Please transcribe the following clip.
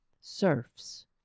surfs